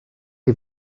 chi